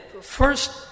first